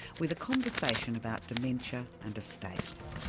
with a conversation about dementia and estates.